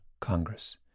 Congress